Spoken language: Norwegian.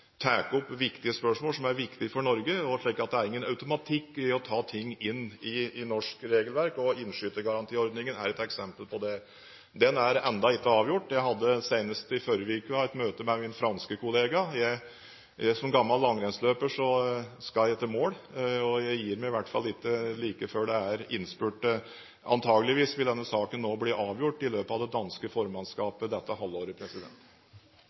opp viktige spørsmål som er viktige for Norge. Det er ingen automatikk i å ta ting inn i norsk regelverk, og innskytergarantiordningen er et eksempel på det. Den er ennå ikke avgjort. Jeg hadde senest i forrige uke et møte med min franske kollega. Som gammel langrennsløper skal jeg i mål, og jeg gir meg i hvert fall ikke like før innspurt. Antageligvis vil denne saken nå bli avgjort av det danske formannskapet i løpet av dette halvåret.